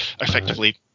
effectively